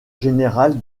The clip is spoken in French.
général